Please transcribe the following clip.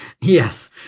Yes